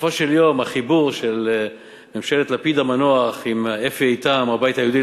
ובסופו של דבר החיבור של ממשלת לפיד המנוח עם אפי איתם מהבית היהודי